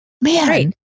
man